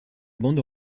bande